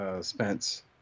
Spence